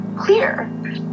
clear